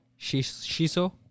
Shiso